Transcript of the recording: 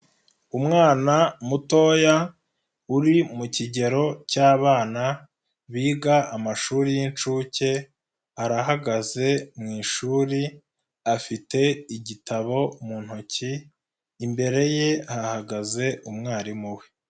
Umwana mutoya uri mu kigero cy'abana biga amashuri y'inshuke, arahagaze mu ishuri, afite igitabo mu ntoki, imbere ye hahagaze umwarimu we.